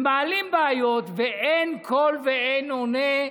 מעלים בעיות, ואין קול ואין עונה.